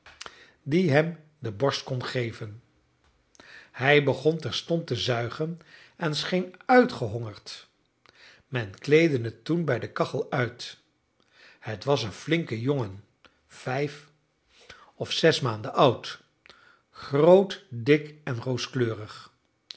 die hem de borst kon geven hij begon terstond te zuigen en scheen uitgehongerd men kleedde het toen bij de kachel uit het was een flinke jongen vijf of zes maanden oud groot dik en rooskleurig